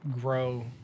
grow